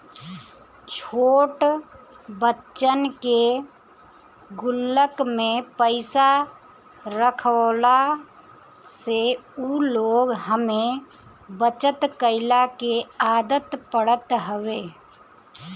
छोट बच्चन के गुल्लक में पईसा रखवला से उ लोग में बचत कइला के आदत पड़त हवे